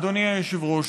אדוני היושב-ראש,